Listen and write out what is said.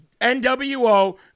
NWO